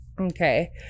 Okay